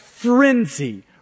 frenzy